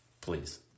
Please